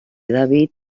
david